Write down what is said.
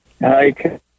Hi